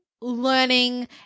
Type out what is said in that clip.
learning